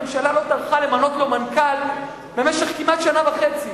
הממשלה לא טרחה למנות לו מנכ"ל במשך כמעט שנה וחצי,